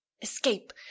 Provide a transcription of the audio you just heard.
escape